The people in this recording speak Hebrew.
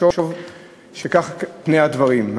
ותחשוב שכך פני הדברים.